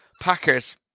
Packers